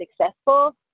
successful